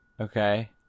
Okay